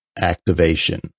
activation